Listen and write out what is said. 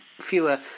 fewer